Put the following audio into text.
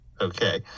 Okay